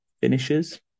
finishes